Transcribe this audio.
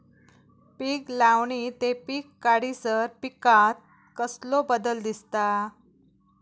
पीक लावणी ते पीक काढीसर पिकांत कसलो बदल दिसता?